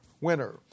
winner